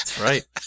right